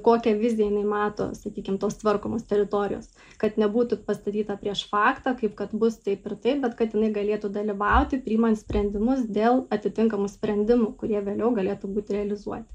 kokią viziją mato sakykim tos tvarkomos teritorijos kad nebūtų pastatyta prieš faktą kaip kad bus taip ir taip bet kad jinai galėtų dalyvauti priimant sprendimus dėl atitinkamų sprendimų kurie vėliau galėtų būt realizuoti